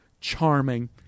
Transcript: Charming